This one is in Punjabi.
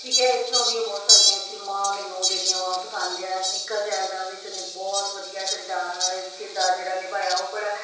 ਠੀਕ ਹੈ ਇਸ ਤਰ੍ਹਾਂ ਉਹਦੀਆਂ ਬਹੁਤ ਸਾਰੀਆਂ ਫਿਲਮਾਂ ਮੈਨੂੰ ਜਿਹੜੀਆਂ ਵਾ ਉਹ ਪਸੰਦ ਆ ਨਿੱਕਾ ਜੈਲਦਾਰ ਵਿੱਚ ਉਹਨੇ ਬਹੁਤ ਵਧੀਆ ਕਿਰਦਾਰ ਕਿਰਦਾਰ ਜਿਹੜਾ ਨਿਭਾਇਆ ਉਹ ਬੜਾ